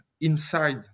inside